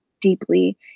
deeply